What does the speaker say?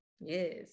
yes